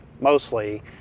mostly